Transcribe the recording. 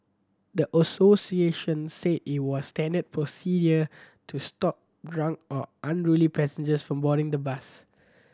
the association said it was standard procedure to stop drunk or unruly passengers from boarding the bus